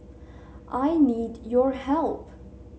I need your help